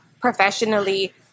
professionally